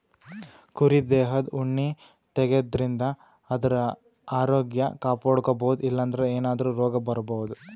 ಕುರಿ ದೇಹದ್ ಉಣ್ಣಿ ತೆಗ್ಯದ್ರಿನ್ದ ಆದ್ರ ಆರೋಗ್ಯ ಕಾಪಾಡ್ಕೊಬಹುದ್ ಇಲ್ಲಂದ್ರ ಏನಾದ್ರೂ ರೋಗ್ ಬರಬಹುದ್